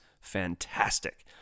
fantastic